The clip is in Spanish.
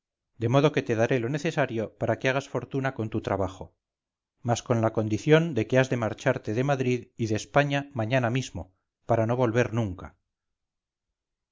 de modo que te daré lo necesario para que hagas fortuna con tu trabajo mas con la condición de que has de marcharte de madrid y de españa mañana mismo para no volver nunca